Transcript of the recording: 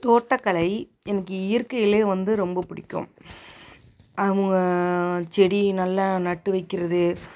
தோட்டக்கலை எனக்கு இயற்கையிலையே வந்து ரொம்ப பிடிக்கும் செடி நல்லா நட்டு வைக்கிறது